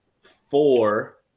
four